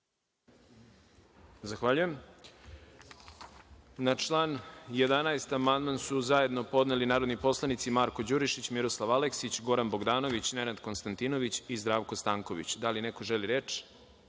Zahvaljujem. Na član 11. amandman su zajedno podneli narodni poslanici Marko Đurišić, Miroslav Aleksić, Goran Bogdanović, Nenad Konstantinović i Zdravko Stanković. Da li neko želi reč?